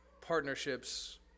partnerships